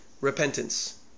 Repentance